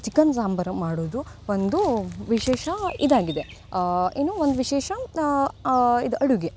chicken sambar ಮಾಡುವುದು ಒಂದು ವಿಶೇಷ ಇದಾಗಿದೆ ಏನು ಒಂದು ವಿಶೇಷ ಇದು ಅಡುಗೆ